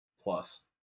plus